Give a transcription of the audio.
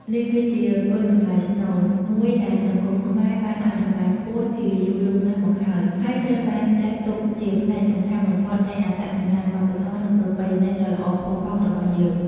នេះគឺជា គុណតម្លៃស្នូល មួយដែលសង្គមខ្មែរបានឲ្យតម្លៃខ្ពស់ជាយូរលង់ណាស់មកហើយ ហើយត្រូវបានចាត់ទុកជាផ្នែកសំខាន់បំផុតនៃអត្តសញ្ញាណវប្បធម៌ និងប្រពៃណីដ៏ល្អផូរផង់របស់យើង។